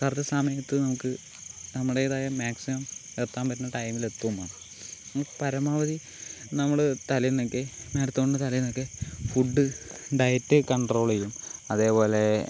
correct സമയത്ത് നമുക്ക് നമ്മുടേതായ മാക്സിമം എത്താൻ പറ്റുന്ന ടൈമിൽ എത്തുകയും വേണം ഈ പരമാവധി നമ്മൾ തലേന്നൊക്കെ മാരത്തോണിൻ്റെ തലേന്നൊക്കെ ഫുഡ് ഡയറ്റ് കണ്ട്രോൾ ചെയ്യണം അതേപോലെ